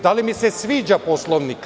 Da li mi se sviđa Poslovnik?